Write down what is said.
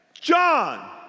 John